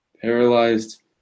paralyzed